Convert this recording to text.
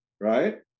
right